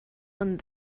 one